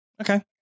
Okay